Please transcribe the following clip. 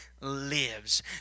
lives